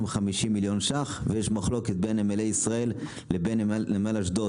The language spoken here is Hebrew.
מיליון ₪ ויש מחלוקת בין נמלי ישראל לבין נמל אשדוד,